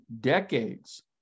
decades